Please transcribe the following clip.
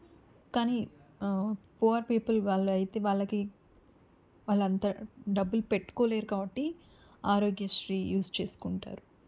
కానీ poor people వాళ్ళయితే వాళ్ళకి వాళ్ళంత డబ్బులు పెట్టుకోలేరు కాబట్టి ఆరోగ్యశ్రీ యూస్ చేసుకుంటారు